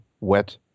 wet